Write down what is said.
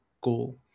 goal